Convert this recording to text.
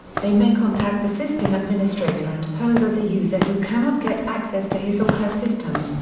they may contact the system administrator and pose as a user who cannot get access to his or her system.